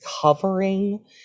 covering